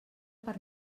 per